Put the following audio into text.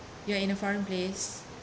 you are in a foreign place